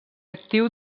actiu